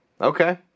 okay